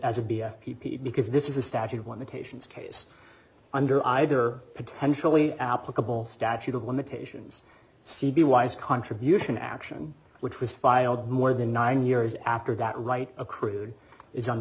p because this is a statute of limitations case under either potentially applicable statute of limitations c b y's contribution action which was filed more than nine years after that right accrued is